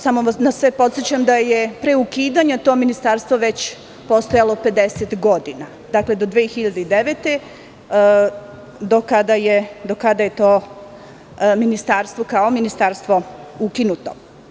Samo vas podsećam da je pre ukidanja, to ministarstvo već postojalo 50 godina, dakle do 2009. godine, do kada je to ministarstvo, kao ministarstvo, ukinuto.